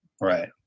Right